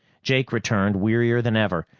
jake returned, wearier than ever.